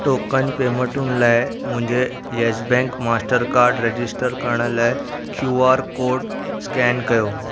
token पेमेंटुनि लाइ मुंहिंजो येसबैंक मास्टरकार्डु रजिस्टरु करणु लाइ क्यू आर कोड स्कैन कयो